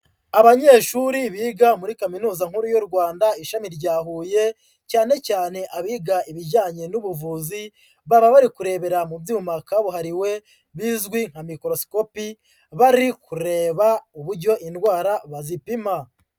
Abanyeshuri biga muri Kaminuza Nkuru y'u Rwanda, ishami rya Huye, cyane cyane abiga ibijyanye n'ubuvuzi, baba bari kurebera mu byuma kabuhariwe bizwi nka mikorosicopi bari kureba uburyo indwara bazipima.